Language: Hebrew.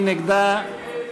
מי נגדה?